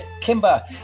Kimber